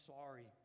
sorry